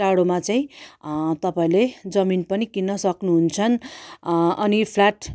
टाडोमा चाहिँ तपाईँहरूले जमिन पनि किन्न सक्नु हुन्छ अनि फ्ल्याट